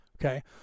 okay